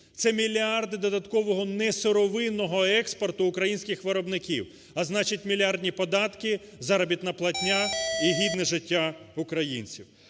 Це мільярди додатковогонесировинного експорту українських виробників, а значить мільярдні податки, заробітна платня і гідне життя українців.